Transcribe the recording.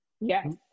yes